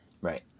Right